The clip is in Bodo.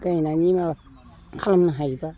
गायनानै माबा खालामनो हायोब्ला